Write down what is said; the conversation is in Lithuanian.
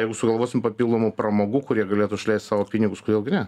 jeigu sugalvosim papildomų pramogų kur jie galėtų išleist savo pinigus kodėl gi ne